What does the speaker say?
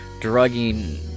drugging